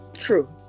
True